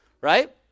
Right